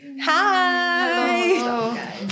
Hi